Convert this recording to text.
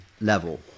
level